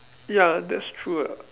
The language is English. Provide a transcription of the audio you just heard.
ya that's true ah